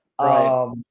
Right